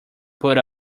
put